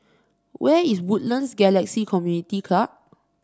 where is Woodlands Galaxy Community Club